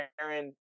aaron